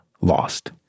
lost